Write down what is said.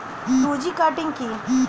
Two G cutting কি?